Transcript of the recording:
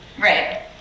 Right